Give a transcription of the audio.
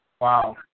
Wow